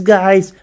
Guys